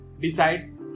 decides